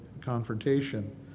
confrontation